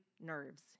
nerves